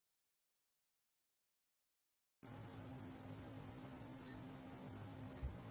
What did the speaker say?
നന്ദി